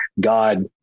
God